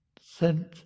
sent